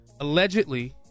allegedly